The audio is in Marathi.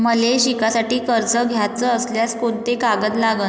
मले शिकासाठी कर्ज घ्याचं असल्यास कोंते कागद लागन?